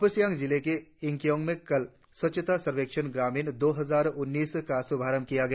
अपर सियांग जिले के यिंगकियोंग में कल स्वच्छ सर्वेक्षण ग्रामीण दो हजार उन्नीस का शुभारंभ किया गया